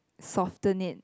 soften it